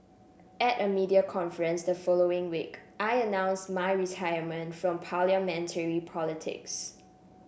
at a media conference the following week I announced my retirement from Parliamentary politics